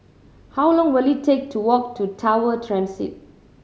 how long will it take to walk to Tower Transit